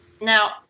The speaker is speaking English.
Now